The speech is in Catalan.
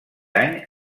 any